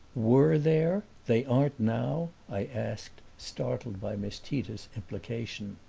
were there they aren't now? i asked, startled by miss tita's implication.